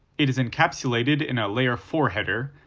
it is encapsulated in a layer four header,